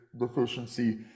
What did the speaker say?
deficiency